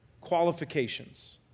qualifications